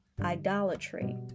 idolatry